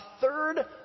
third